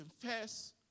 confess